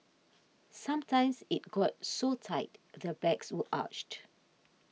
sometimes it got so tight their backs were arched